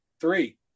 three